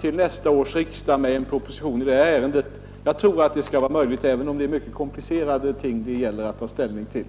till nästa års riksdag komma med en proposition i detta ärende. Jag tror att det skall vara möjligt även om det är mycket komplicerade frågor det gäller att ta ställning till.